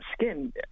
skin